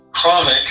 chronic